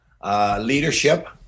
Leadership